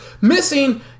missing